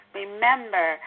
remember